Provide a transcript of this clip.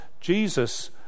Jesus